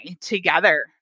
together